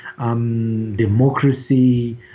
democracy